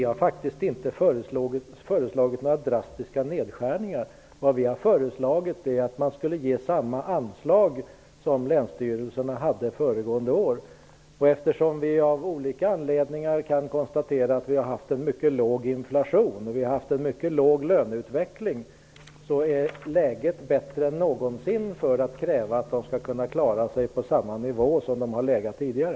Herr talman! Vi har faktiskt inte föreslagit några drastiska nedskärningar. Vi har föreslagit att samma anslag skall ges som länsstyrelserna fick föregående år. Eftersom det av olika anledningar går att konstatera att inflationen och löneutvecklingen har varit låg, är läget bättre än någonsin för att kräva att länsstyrelserna skall kunna klara sig på samma nivå som de har legat på tidigare.